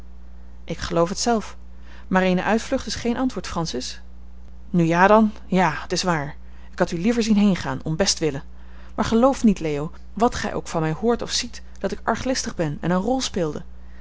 ik geloof het zelf maar eene uitvlucht is geen antwoord francis nu ja dan ja het is waar ik had u liever zien heengaan om bestwille maar geloof niet leo wat gij ook van mij hoort of ziet dat ik arglistig ben en eene rol speelde